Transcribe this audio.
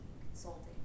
consulting